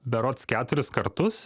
berods keturis kartus